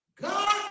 God